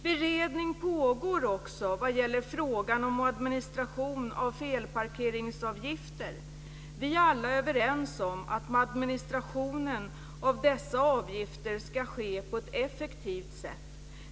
Beredning pågår också vad gäller frågan om administration av felparkeringsavgifter. Vi är alla överens om att administrationen av dessa avgifter ska ske på ett effektivt sätt.